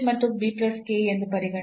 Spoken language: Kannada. ಮತ್ತು ಎಂದು ಪರಿಗಣಿಸಿ